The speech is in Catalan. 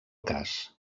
cas